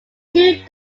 two